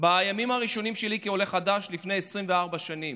בימים הראשונים שלי כעולה חדש לפני 24 שנים.